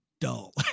dull